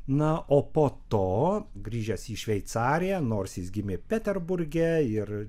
na o po to grįžęs į šveicariją nors jis gimė peterburge ir